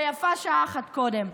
ויפה שעה אחת קודם.